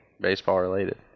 baseball-related